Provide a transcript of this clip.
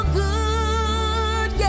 good